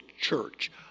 Church